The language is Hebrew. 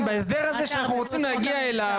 בהסדר הזה שאנחנו רוצים להגיע אליו,